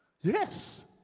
Yes